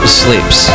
sleeps